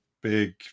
big